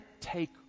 take